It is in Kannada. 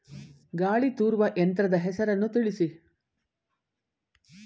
ಗಾಳಿ ತೂರುವ ಯಂತ್ರದ ಹೆಸರನ್ನು ತಿಳಿಸಿ?